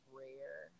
rare